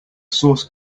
source